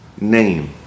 name